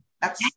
That's-